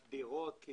דירות.